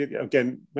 again